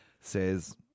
says